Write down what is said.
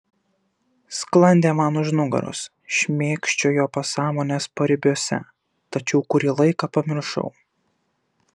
sklandė man už nugaros šmėkščiojo pasąmonės paribiuose tačiau kurį laiką pamiršau